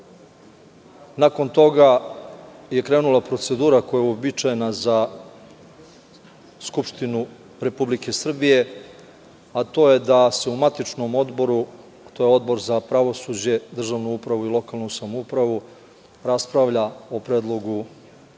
Nakon toga je krenula procedura koja je uobičajena za Skupštinu Republike Srbije, a to je da se u matičnom odboru, a to je Odbor za pravosuđe, državnu upravu i lokalnu samoupravu, raspravlja o predlogu